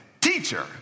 teacher